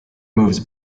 moves